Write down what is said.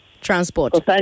Transport